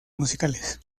musicales